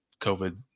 COVID